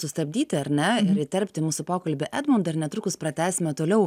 sustabdyti ar ne ir įterpti į mūsų pokalbį edmundą ir netrukus pratęsime toliau